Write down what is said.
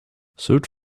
search